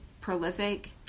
prolific